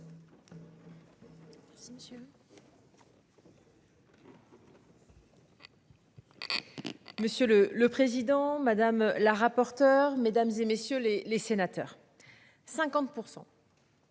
Monsieur le. Le président, madame la rapporteure mesdames et messieurs les les sénateurs. 50%.